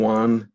one